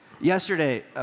Yesterday